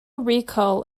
recall